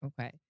Okay